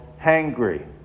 hangry